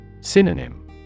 Synonym